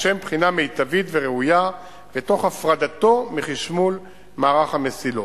לשם בחינה מיטבית וראויה ותוך הפרדתו מחשמול מערך המסילות.